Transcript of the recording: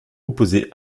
opposé